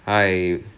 hi